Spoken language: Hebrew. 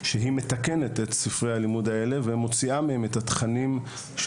שהיא מתקנת את ספרי הלימוד האלה ומוציאה מהם תכנים של